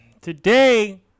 today